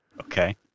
okay